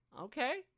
Okay